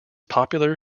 popular